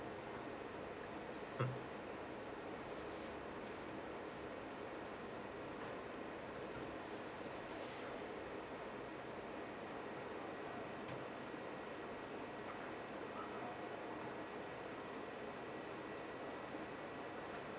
mm